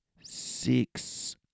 six